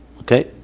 Okay